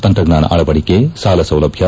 ತಂತ್ರಜ್ಞಾನ ಅಳವಡಿಕೆ ಸಾಲ ಸೌಲಭ್ಞ